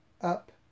up